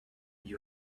even